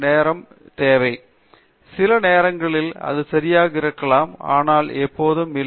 பேராசிரியர் அரிந்தமா சிங் எனவே சில நேரங்களில் அது சரியாக இருக்கலாம் ஆனால் எப்போதும் இல்லை